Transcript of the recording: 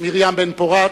מרים בן-פורת,